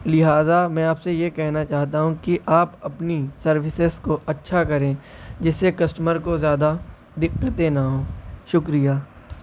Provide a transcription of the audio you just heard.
لہٰذا میں آپ سے یہ کہنا چاہتا ہوں کہ آپ اپنی سروسز کو اچھا کریں جس سے کسٹمر کو زیادہ دقتیں نہ ہوں شکریہ